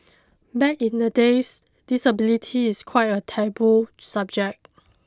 back in the days disability is quite a taboo subject